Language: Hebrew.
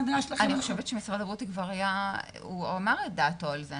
חושבת שמשרד הבריאות כבר אמר את דעתו על זה.